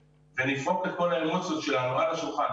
ונזרוק את כל האמוציות שלנו על השולחן,